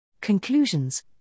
Conclusions